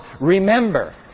remember